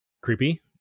creepy